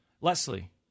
Leslie